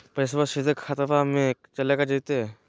पैसाबा सीधे खतबा मे चलेगा जयते?